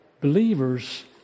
believers